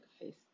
face